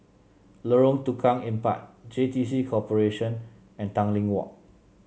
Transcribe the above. Lorong Tukang Empat J T C Corporation and Tanglin Walk